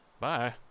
Bye